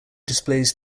displays